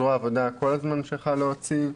זרוע העבודה כל הזמן ממשיכה כל הזמן להוציא הכשרות,